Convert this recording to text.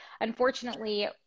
Unfortunately